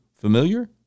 familiar